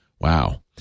Wow